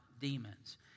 demons